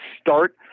start